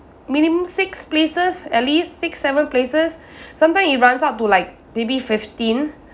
minimum six places at least six seven places some time it runs up to like maybe fifteen